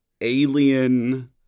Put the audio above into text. alien